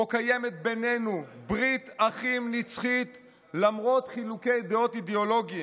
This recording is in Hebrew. שבו קיימת בינינו ברית אחים נצחית למרות חילוקי דעות אידיאולוגיים.